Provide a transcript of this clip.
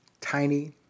tiny